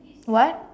what